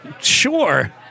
sure